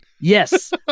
Yes